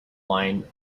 wine